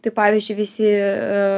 tai pavyzdžiui visi